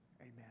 Amen